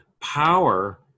power